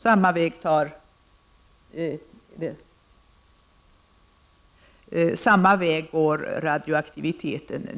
Samma väg går 90 Zo av radioaktiviteten.